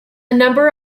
number